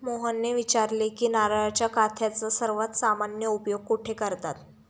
मोहनने विचारले की नारळाच्या काथ्याचा सर्वात सामान्य उपयोग कुठे करतात?